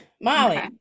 Molly